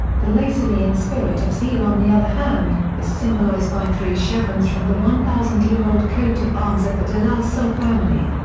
the lasallian spirit of zeal on the other hand, is symbolized by three chevrons from the one thousand year old coat of arms of the de la salle family.